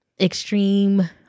extreme